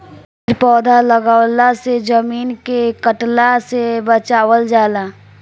पेड़ पौधा लगवला से जमीन के कटला से बचावल जाला